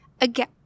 again